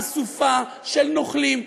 אסופה של נוכלים,